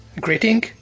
greeting